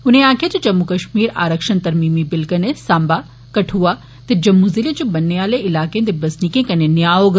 उनें आक्खेआ जे जम्मू कष्मीर आरक्षण तरमीमी बिल कन्ने सांबा कठुआ ते जम्मू जिलें च बन्ने आहले ईलाकें दे बसनीकें कन्नें न्याय होग